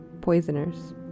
poisoners